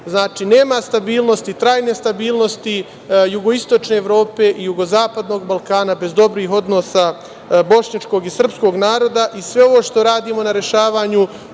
nema stabilnosti, trajne stabilnosti jugoistočne Evrope, jugozapadnog Balkana bez dobrih odnosa bošnjačkog i srpskog naroda. Sve ovo što radimo na rešavanju